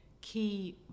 key